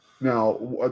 Now